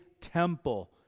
temple